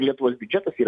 lietuvos biudžetas yra